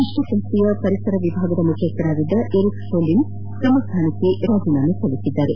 ವಿಶ್ವ ಸಂಸ್ಥೆಯ ಪರಿಸರ ವಿಭಾಗದ ಮುಖ್ಯಸ್ಥರಾಗಿದ್ದ ಎರಿಕ್ ಸೊಲ್ನೀಮ್ ಅವರು ತಮ್ಮ ಸ್ಥಾನಕ್ಕೆ ರಾಜೀನಾಮೆ ಸಲ್ಲಿಸಿದ್ದಾರೆ